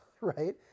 Right